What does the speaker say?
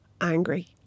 angry